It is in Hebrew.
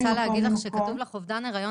נטע אני רוצה להגיד לך שכתוב לך "..אובדן היריון